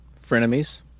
Frenemies